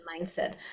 mindset